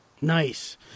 nice